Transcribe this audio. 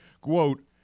Quote